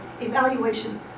evaluation